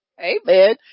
Amen